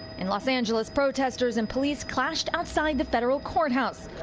in los angeles protesters and police clashed outside the federal courthouse.